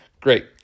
great